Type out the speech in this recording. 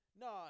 No